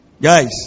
Guys